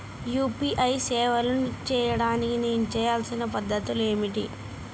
UPI సేవలు చేయడానికి నేను చేయవలసిన పద్ధతులు ఏమిటి?